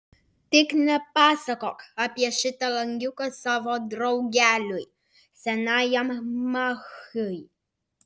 tik nepasakok apie šitą langiuką savo draugeliui senajam machiui